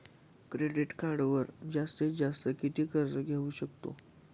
Credit कार्डवर जास्तीत जास्त किती कर्ज घेऊ शकतो?